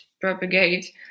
propagate